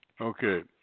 Okay